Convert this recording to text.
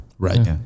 Right